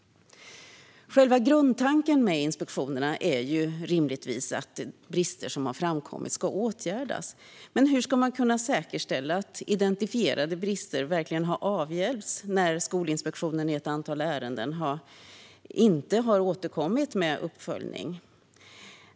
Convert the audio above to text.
Själva grundtanken med inspektionerna är ju rimligtvis att de brister som har framkommit ska åtgärdas. Men hur ska man kunna säkerställa att identifierade brister verkligen har avhjälpts när Skolinspektionen i ett antal ärenden inte har återkommit med uppföljning?